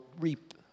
reap